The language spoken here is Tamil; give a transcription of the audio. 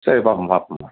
சரி பார்ப்போம் பார்ப்போம்மா